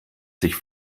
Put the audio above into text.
sich